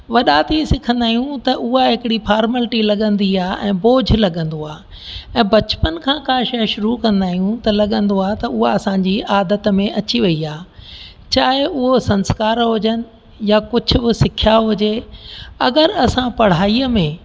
वॾा थी सिखंदा आहियूं त उहा हिकिड़ी फारमालिटी लॻंदी आहे ऐं भोज लॻंदो आहे ऐं बचपन खां का शइ शुरू कंदा आहियूं त उहा असांजी आदति में अची वेई आहे चाहे उहो संस्कार हुजनि या कुझु बि सिख्या हुजे अगरि असां पढ़ाईअ में